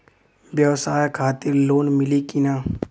ब्यवसाय खातिर लोन मिली कि ना?